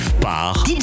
par